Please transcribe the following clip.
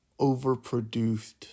overproduced